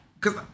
cause